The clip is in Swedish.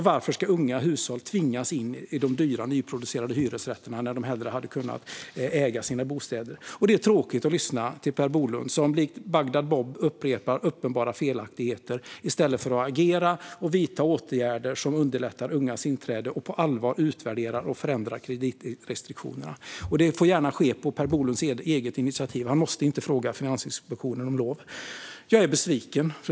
Varför ska unga hushåll tvingas in i dyra nyproducerade hyresrätter när de i stället skulle kunna äga sina bostäder? Det är tråkigt att lyssna till Per Bolund som likt Bagdad-Bob upprepar uppenbara felaktigheter i stället för att agera och vidta åtgärder som underlättar ungas inträde och på allvar utvärderar och förändrar kreditrestriktionerna. Detta får gärna ske på Per Bolunds eget initiativ; han måste inte fråga Finansinspektionen om lov. Fru talman! Jag är besviken.